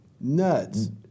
Nuts